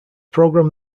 program